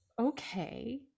okay